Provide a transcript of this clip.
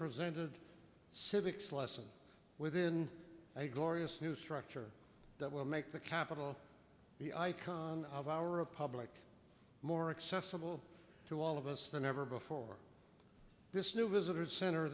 presented civics lesson within a glorious new structure that will make the capitol the icon of our republic more accessible to all of us than ever before this new visitors center